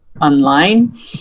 Online